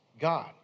God